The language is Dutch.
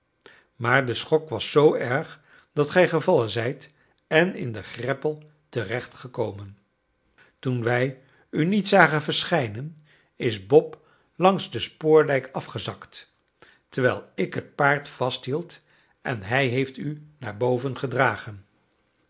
maar de schok was zoo erg dat gij gevallen zijt en in de greppel terecht gekomen toen wij u niet zagen verschijnen is bob langs den spoordijk afgezakt terwijl ik het paard vasthield en hij heeft u naar boven gedragen